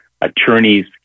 attorneys